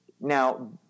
Now